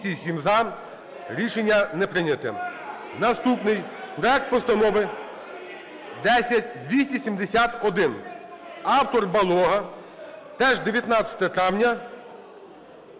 Наступний проект Постанови – 10270-1, автор - Балога, теж 19 травня.